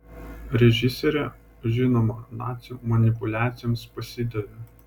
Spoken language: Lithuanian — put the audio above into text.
režisierė žinoma nacių manipuliacijoms pasidavė